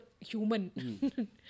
human